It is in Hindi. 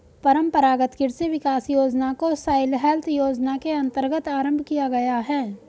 परंपरागत कृषि विकास योजना को सॉइल हेल्थ योजना के अंतर्गत आरंभ किया गया है